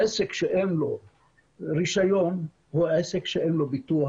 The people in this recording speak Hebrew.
עסק שאין לו רישיון הוא עסק שאין לו ביטוח